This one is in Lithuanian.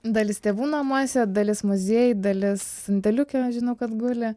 dalis tėvų namuose dalis muziejuj dalis sandėliuke žinau kad guli